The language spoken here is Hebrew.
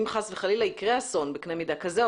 להיות ערוכה להתמודד אם יקרה אסון בקנה מידה כזה,